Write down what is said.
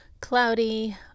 cloudy